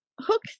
Hook